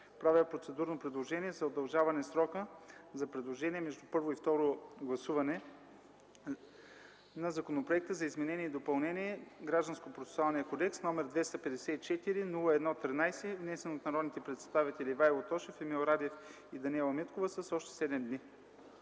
правя процедурно предложение за удължаване срока за предложения между първо и второ гласуване на Законопроекта за изменение и допълнение на Гражданско-процесуалния кодекс, № 254-01-13, внесен от народните представители Ивайло Тошев, Емил Радев и Даниела Миткова с още 7 дни.